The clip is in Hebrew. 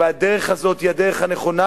שהדרך הזאת היא הדרך הנכונה,